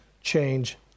change